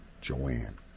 Joanne